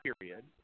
period